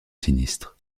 sinistre